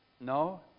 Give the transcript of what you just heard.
No